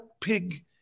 pig